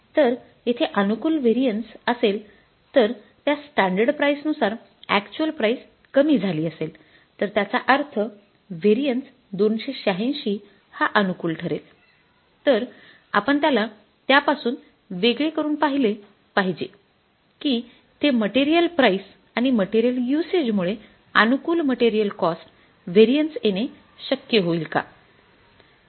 जर तेथे अनुकूल व्हेरिएन्स असेल तर त्या स्टॅंडर्ड प्राईस नुसार अॅक्च्युअल प्राईस कमी झाली असेल तर त्याचा अर्थ व्हेरिएन्स २८६ हा अनुकूल ठरेल तर आपण त्याला त्यापासून वेगळे करून पहिले पाहिजे कि ते मटेरियल प्राइस आणि मटेरियल युसेज मूळे अनुकूल मटेरियल कॉस्ट व्हेरिएन्स येणे शक्य होईल का